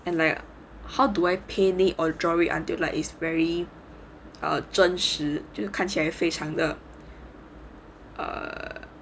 and like how do I paint it or draw it until like it's very err 真实就是看起来非常的 err